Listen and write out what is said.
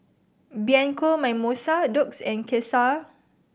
Bianco Mimosa Doux and Cesar